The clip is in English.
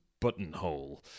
Buttonhole